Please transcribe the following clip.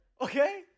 okay